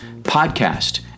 podcast